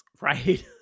Right